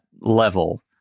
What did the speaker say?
level